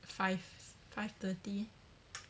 five five thirty